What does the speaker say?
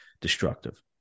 destructive